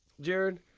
Jared